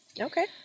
Okay